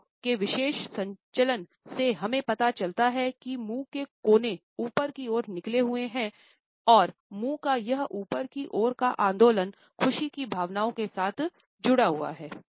मुंह के विशेष संचलन से हमें पता चलता है कि मुंह के कोने ऊपर की ओर निकले हुए हैं और मुंह का यह ऊपर की ओर का आंदोलन खुशी की भावनाओं के साथ जुड़ा हुआ है